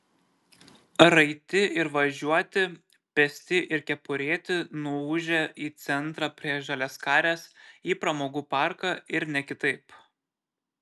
raiti ir važiuoti pėsti ir kepurėti nuūžė į centrą prie žaliaskarės į pramogų parką ir ne kitaip